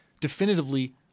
definitively